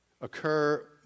occur